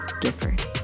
Gifford